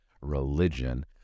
religion